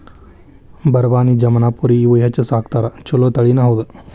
ಬರಬಾನಿ, ಜಮನಾಪುರಿ ಇವ ಹೆಚ್ಚ ಸಾಕತಾರ ಚುಲೊ ತಳಿನಿ ಹೌದ